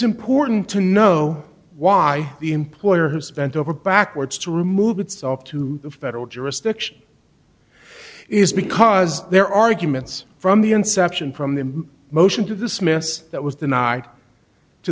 important to know why the employer has bent over backwards to remove itself to federal jurisdiction is because their arguments from the inception from the motion to dismiss that was